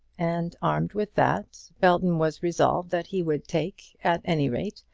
and armed with that, belton was resolved that he would take, at any rate,